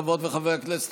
חברות וחברי הכנסת,